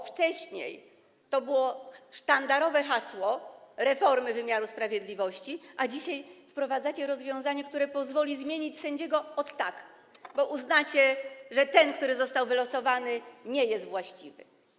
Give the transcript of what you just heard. Wcześniej to było sztandarowe hasło reformy wymiaru sprawiedliwości, a dzisiaj wprowadzacie rozwiązanie, które pozwoli zmienić sędziego ot tak, bo uznacie, że ten, który został wylosowany, nie jest właściwy.